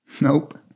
Nope